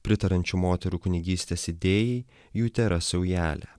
pritariančių moterų kunigystės idėjai jų tėra saujelė